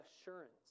assurance